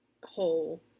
hole